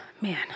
man